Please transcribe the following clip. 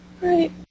Right